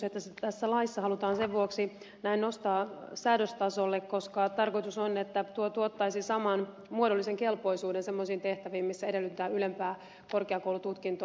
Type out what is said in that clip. se tässä laissa halutaan sen vuoksi näin nostaa säädöstasolle koska tarkoitus on että tuo tuottaisi saman muodollisen kelpoisuuden semmoisiin tehtäviin missä edellytetään ylempää korkeakoulututkintoa